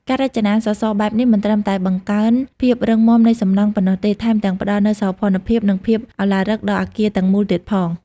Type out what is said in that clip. ការរចនាសសរបែបនេះមិនត្រឹមតែបង្កើនភាពរឹងមាំនៃសំណង់ប៉ុណ្ណោះទេ ថែមទាំងផ្តល់នូវសោភ័ណភាព និងភាពឱឡារិកដល់អគារទាំងមូលទៀតផង។